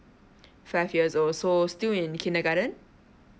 five years old so still in kindergarten